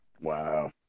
Wow